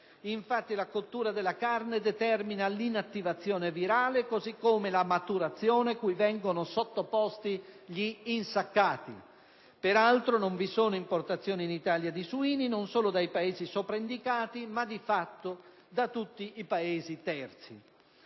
Infatti, la cottura della carne determina l'inattivazione virale, così come la «maturazione» cui vengono sottoposti gli insaccati. Peraltro non vi sono importazioni in Italia di suini, non solo dai Paesi sopra indicati, ma di fatto da tutti i Paesi terzi.